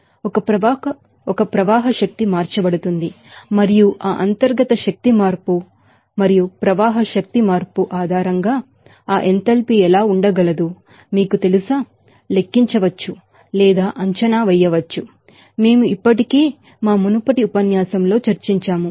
ఒక ప్రవాహ శక్తి Flow energyఫ్లో ఎనర్జీ మార్చబడుతుంది మరియు ఆ అంతర్గత శక్తి Internal energyఇంటర్నల్ఎనర్జీ మార్పు మరియు ప్రవాహ శక్తి ఫ్లో ఎనర్జీమార్పు ఆధారంగా ఆ ఎంథాల్పీ ఎలా ఉండగలదు లెక్కించవచ్చు లేదా అంచనా వేయవచ్చు మేము ఇప్పటికే మా మునుపటి ఉపన్యాసాలలో చర్చించాము